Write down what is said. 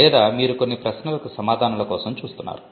లేదా మీరు కొన్ని ప్రశ్నలకు సమాధానాల కోసం చూస్తున్నారు